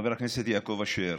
חבר הכנסת יעקב אשר.